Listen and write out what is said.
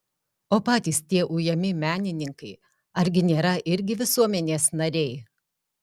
o patys tie ujami menininkai argi nėra irgi visuomenės nariai